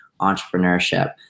entrepreneurship